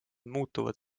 muutuvad